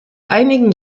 einigen